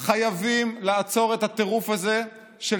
אם הם פותחים היום,